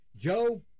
Joe